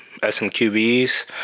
SMQVs